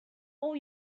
all